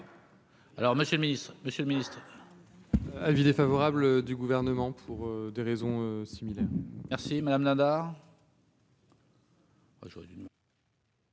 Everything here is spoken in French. Alors Monsieur le Ministre, Monsieur le Ministre : avis défavorable du gouvernement pour des raisons similaires merci madame Nadar.